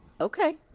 Okay